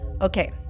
Okay